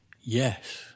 Yes